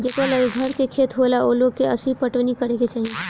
जेकरा लगे घर के खेत होला ओ लोग के असही पटवनी करे के चाही